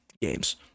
games